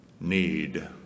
need